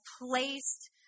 placed